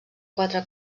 quatre